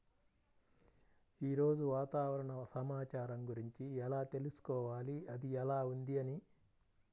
ఈరోజు వాతావరణ సమాచారం గురించి ఎలా తెలుసుకోవాలి అది ఎలా ఉంది అని?